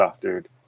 dude